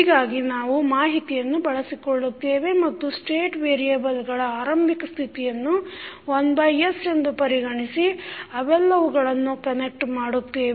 ಹೀಗಾಗಿ ನಾವು ಮಾಹಿತಿಯನ್ನು ಬಳಸಿಕೊಳ್ಳುತ್ತೇವೆ ಮತ್ತು ಸ್ಟೇಟ್ ವೇರಿಯೆಬಲ್ಗಳ ಆರಂಭಿಕ ಸ್ಥಿತಿಯನ್ನು 1s ಎಂದು ಪರಿಗಣಿಸಿ ಅವೆಲ್ಲವುಗಳನ್ನು ಕನೆಕ್ಟ್ ಮಾಡುತ್ತೇವೆ